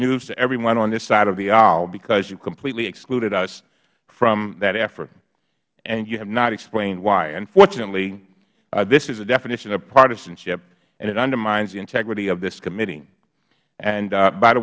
news to everyone on this side of the aisle because you completely excluded us from that effort and you have not explained why unfortunately this is the definition of partisanship and it undermines the integrity of this committee and by the